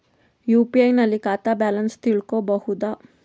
UPI ನಲ್ಲಿ ಖಾತಾ balance ತಿಳಕೊ ಬಹುದಾ?